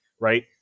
right